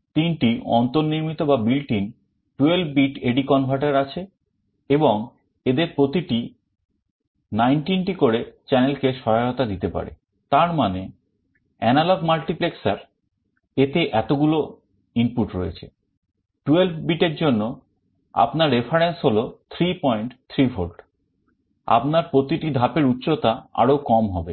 33 volt আপনার প্রতিটি ধাপ এর উচ্চতা আরো কম হবে